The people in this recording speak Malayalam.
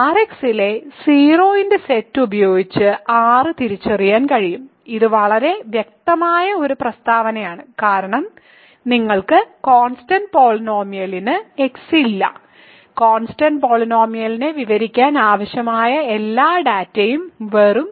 Rx ലെ 0 ന്റെ സെറ്റ് ഉപയോഗിച്ച് R തിരിച്ചറിയാൻ കഴിയും ഇത് വളരെ വ്യക്തമായ ഒരു പ്രസ്താവനയാണ് കാരണം നിങ്ങൾക്ക് കോൺസ്റ്റന്റ് പോളിനോമിയലിന് x ഇല്ല കോൺസ്റ്റന്റ് പോളിനോമിയലിനെ വിവരിക്കാൻ ആവശ്യമായ എല്ലാ ഡാറ്റയും വെറും 0 ആണ്